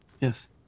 Yes